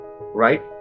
Right